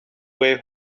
way